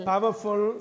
Powerful